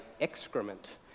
excrement